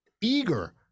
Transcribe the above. eager